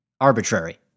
arbitrary